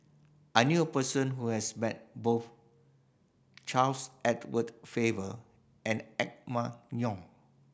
I knew a person who has met both Charles Edward Faber and Emma Yong